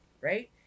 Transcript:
right